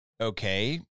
Okay